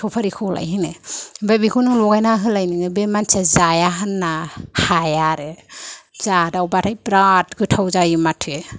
सफारिखौलाय होनो ओमफ्राय बेखौनो लगायना होलाय नोङो बे मानसिया जाया होन्नो हाया आरो जादावबाथाय बिराद गोथाव जायो माथो